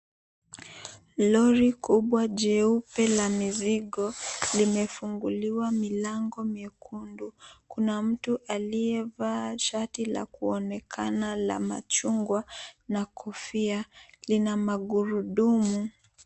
Lori kubwa jeupe la mizigo limefunguliwa milango miekundu. Kuna mtu aliyevaa shati la kuonekana la machungwa na kofia. Lina magurudumu.